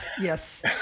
yes